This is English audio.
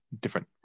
different